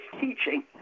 teaching